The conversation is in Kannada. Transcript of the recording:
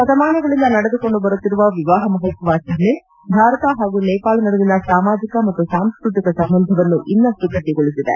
ಶತಮಾನಗಳಿಂದ ನಡೆದುಕೊಂಡು ಬರುತ್ತಿರುವ ವಿವಾಹ ಮಹೋತ್ಸವ ಆಚರಣೆ ಭಾರತ ಹಾಗು ನೇಪಾಳ ನಡುವಿನ ಸಾಮಾಜಿಕ ಮತ್ತು ಸಾಂಸ್ಟತಿಕ ಸಂಬಂಧವನ್ನು ಇನ್ನಷ್ಟು ಗಟ್ಟಗೊಳಿಸಿದೆ